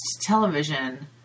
television